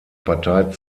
partei